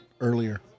earlier